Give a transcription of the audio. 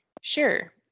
Sure